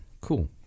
cool